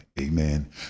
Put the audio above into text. Amen